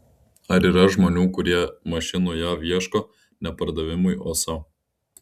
ar yra žmonių kurie mašinų jav ieško ne pardavimui o sau